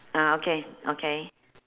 ah okay okay